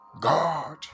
God